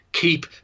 keep